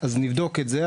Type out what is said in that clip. אז נבדוק את זה,